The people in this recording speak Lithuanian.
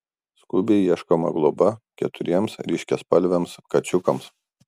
skubiai ieškoma globa keturiems ryškiaspalviams kačiukams